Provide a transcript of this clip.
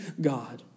God